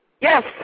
Yes